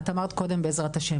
את אמרת קודם בעזרת ה'.